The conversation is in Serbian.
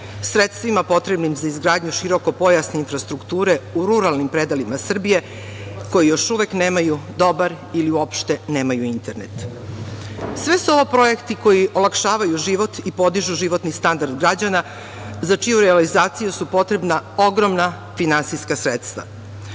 sredstvima potrebnim za izgradnju široko pojasne infrastrukture u ruralnim predelima Srbije koji još uvek nemaju dobar ili uopšte nemaju internet. Sve su ovo projekti koji olakšavaju život i podižu životni standard građana, za čiju realizaciju su potrebna ogromna finansijska sredstva.